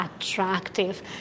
attractive